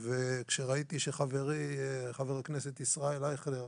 כשראיתי שחברי, חה"כ ישראל אייכלר,